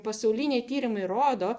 pasauliniai tyrimai rodo